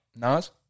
Nas